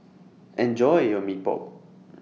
Enjoy your Mee Pok